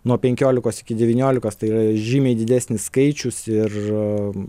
nuo penkiolikos iki devyniolikos tai yra žymiai didesnis skaičius ir